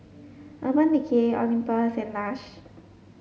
Urban Decay Olympus and Lush